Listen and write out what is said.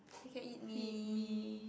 you can eat me